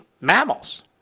mammals